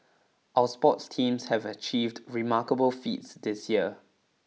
our sports teams have achieved remarkable feats this year